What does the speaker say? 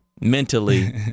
mentally